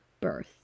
birth